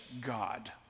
God